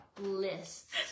lists